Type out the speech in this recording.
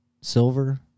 Silver